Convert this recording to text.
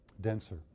denser